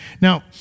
now